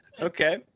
Okay